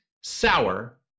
sour